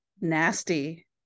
nasty